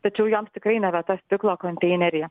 tačiau joms tikrai nevieta stiklo konteineryje